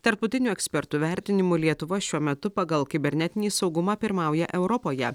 tarptautinių ekspertų vertinimu lietuva šiuo metu pagal kibernetinį saugumą pirmauja europoje